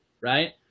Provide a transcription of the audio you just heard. right